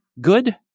good